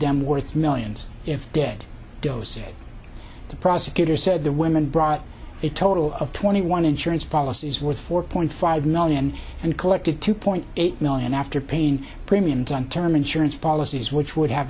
them worth millions if dead dozy the prosecutor said the women brought it total of twenty one insurance policies with four point five million and collected two point eight million after paying premiums on term insurance policies which would have